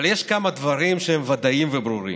אבל יש כמה דברים שהם ודאיים וברורים.